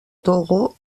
togo